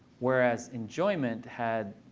whereas enjoyment had